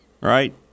right